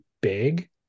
big